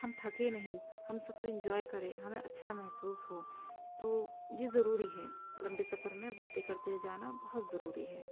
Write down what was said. ہم تھکے نہیں ہم سفر انجوائے کرے ہمیں سفر اچھا محسوس ہو تو یہ ضروری ہے لمبے سفر میں باتیں کرتے جانا بہت ضروری ہے